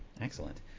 Excellent